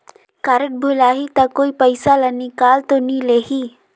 Card भुलाही ता कोई पईसा ला निकाल तो नि लेही?